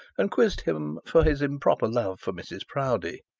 and quizzed him for his improper love for mrs proudie.